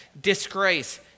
disgrace